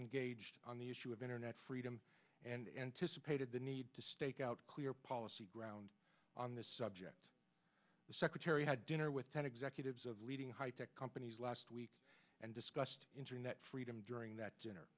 engaged on the issue of internet freedom and anticipated the need to stake out a clear policy ground on this subject the secretary had dinner with ten executives of leading high tech companies last week and discussed internet freedom during that dinner